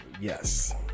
yes